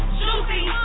juicy